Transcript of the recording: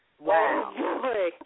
Wow